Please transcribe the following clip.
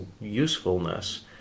usefulness